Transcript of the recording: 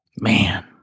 Man